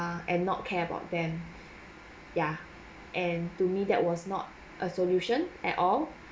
ah and not care about them yeah and to me that was not a solution at all